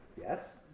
Yes